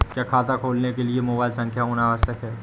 क्या खाता खोलने के लिए मोबाइल संख्या होना आवश्यक है?